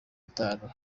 itanu